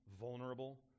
Vulnerable